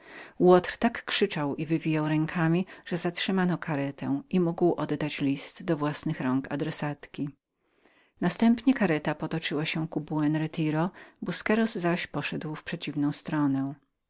łotr tak krzyczał i wywijał rękami że zatrzymano karetę i oddał list do własnych rąk następnie kareta potoczyła się ku buen retiro busqueros zaś poszedł w przeciwną drogę